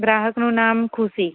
ગ્રાહકનું નામ ખુશી